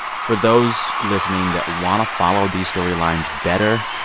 for those listening that want to follow these storylines better,